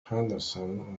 henderson